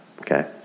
okay